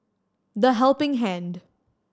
The Helping Hand